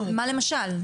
מה למשל?